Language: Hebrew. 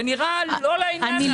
זה נראה לא לעניין.